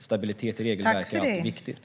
Stabilitet i regelverk är alltid viktigt.